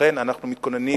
לכן אנחנו מתכוננים